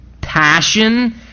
passion